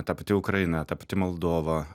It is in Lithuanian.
ta pati ukraina ta pati moldova